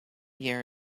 year